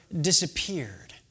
disappeared